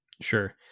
Sure